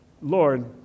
Lord